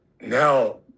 now